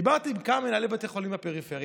דיברתי עם כמה מנהלי בתי החולים בפריפריה,